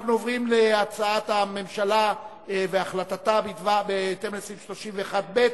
אנחנו עוברים להצעת הממשלה והחלטתה בהתאם לסעיף 31(ב)